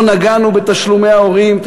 לא נגענו בתשלומי ההורים.